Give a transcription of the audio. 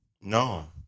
No